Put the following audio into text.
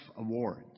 awards